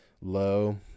low